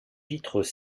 vitreux